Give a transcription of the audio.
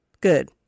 Good